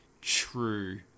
true